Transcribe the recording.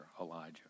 Elijah